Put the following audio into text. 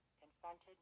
Confronted